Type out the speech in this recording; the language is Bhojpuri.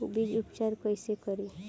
बीज उपचार कईसे करी?